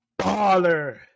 baller